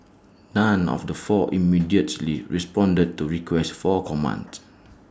none of the four immediately responded to requests for comment